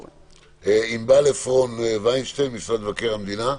ענבל עפרון-ויינשטן, משרד מבקר המדינה.